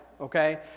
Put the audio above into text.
okay